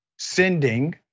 sending